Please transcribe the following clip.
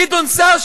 גדעון סער,